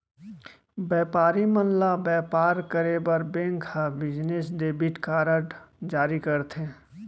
बयपारी मन ल बयपार करे बर बेंक ह बिजनेस डेबिट कारड जारी करथे